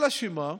אלא מה,